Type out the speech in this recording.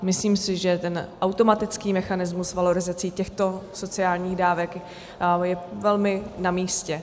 Myslím si, že ten automatický mechanismus valorizací těchto sociálních dávek je velmi namístě.